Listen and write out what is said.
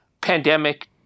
pandemic